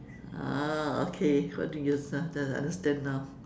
ah okay how to use ah just understand now